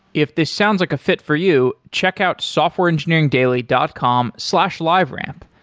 if this sounds like a fit for you, check out softwareengineeringdaily dot com slash liveramp.